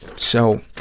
so,